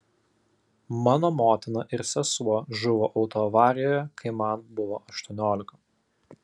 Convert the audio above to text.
mano motina ir sesuo žuvo autoavarijoje kai man buvo aštuoniolika